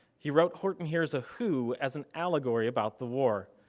he wrote horton hears a who as an allegory about the war.